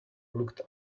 looked